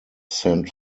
saint